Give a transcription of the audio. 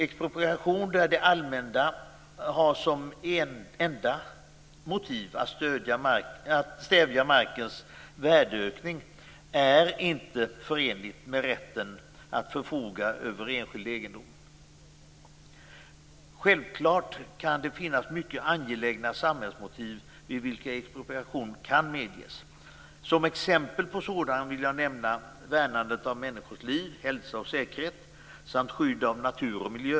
Expropriation där det allmänna har som enda motiv att stävja markens värdeökning är inte förenligt med rätten att förfoga över enskild egendom. Självklart kan det finnas mycket angelägna samhällsmotiv vid vilka expropriation kan medges. Som exempel på sådana vill jag nämna värnadet av människors liv, hälsa och säkerhet samt skydd av natur och miljö.